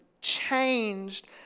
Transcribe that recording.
changed